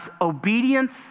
Obedience